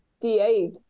DA